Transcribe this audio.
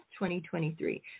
2023